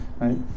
right